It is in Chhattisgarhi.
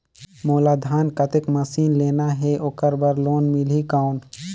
मोला धान कतेक मशीन लेना हे ओकर बार लोन मिलही कौन?